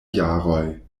jaroj